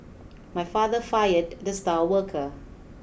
my father fired the star worker